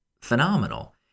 phenomenal